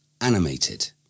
animated